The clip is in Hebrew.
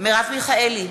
מרב מיכאלי,